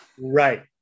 Right